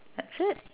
that's it